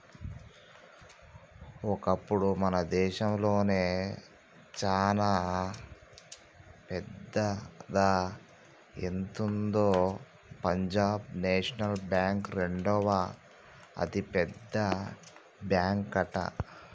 ఒకప్పుడు మన దేశంలోనే చానా పెద్దదా ఎంతుందో పంజాబ్ నేషనల్ బ్యాంక్ రెండవ అతిపెద్ద బ్యాంకట